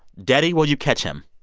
daddy, will you catch him?